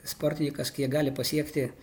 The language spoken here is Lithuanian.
sportininkas kiek gali pasiekti